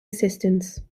assistance